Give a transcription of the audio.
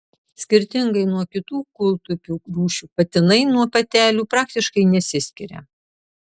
skirtingai nuo kitų kūltupių rūšių patinai nuo patelių praktiškai nesiskiria